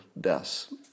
deaths